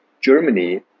Germany